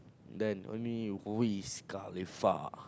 then only Wiz-Khalifa